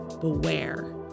beware